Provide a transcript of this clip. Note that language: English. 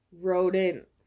rodent